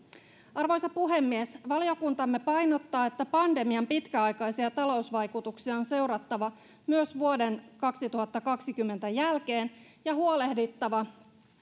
arvoisa puhemies valiokuntamme painottaa että pandemian pitkäaikaisia talousvaikutuksia on seurattava myös vuoden kaksituhattakaksikymmentä jälkeen ja huolehdittava